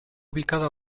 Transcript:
ubicada